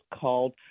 called